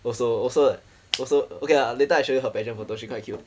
also also also okay lah later I show you her pageant photo she quite cute